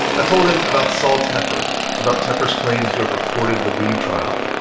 i told him about sol tepper, about tepper's claims to have recorded the reeb trial,